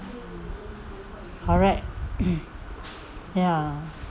correct ya